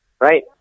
right